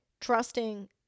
trusting